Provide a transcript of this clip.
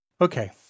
Okay